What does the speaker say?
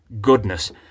Goodness